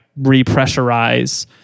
repressurize